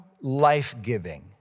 life-giving